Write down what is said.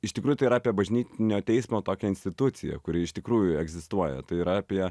iš tikrųjų tai yra apie bažnytinio teismo tokią instituciją kuri iš tikrųjų egzistuoja tai yra apie